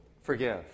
Forgive